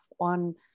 on